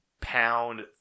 pound